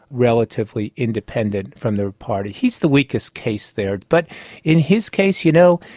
relatively independent from the party. he's the weakest case there, but in his case you know,